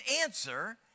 answer